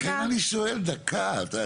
ולכן אני שואל, דקה.